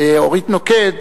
אורית נוקד,